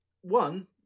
one